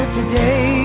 today